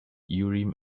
urim